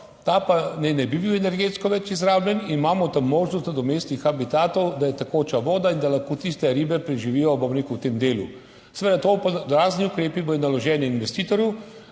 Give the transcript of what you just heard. naj ne bi bil energetsko več izrabljen, tam imamo možnost nadomestnih habitatov, kjer je tekoča voda, da lahko tiste ribe preživijo v tem delu. Seveda, razni ukrepi bodo naloženi investitorju,